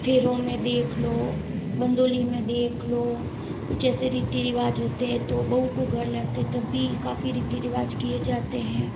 फेरों में देख लो बंदोली में देख लो कुछ ऐसे रीति रिवाज होते हैं तो बहु को घर लाते तब भी काफ़ी रीति रिवाज किए जाते हैं